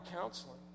counseling